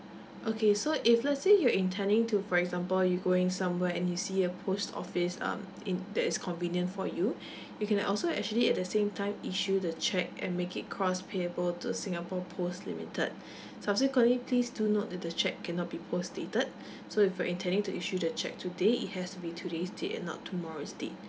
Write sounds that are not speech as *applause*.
okay so if let's say you're intending to for example you going somewhere and you see a post office um in that is convenient for you *breath* you can also actually at the same time issue the cheque and make it cross payable to singapore post limited *breath* subsequently please do note that the cheque cannot be post dated so if you're intending to issue the cheque today it has to be today's date and not tomorrow's date